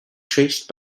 traced